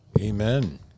amen